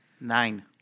Nine